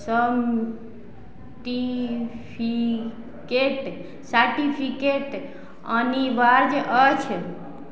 certificate certificate अनिवार्य अछि